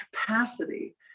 capacity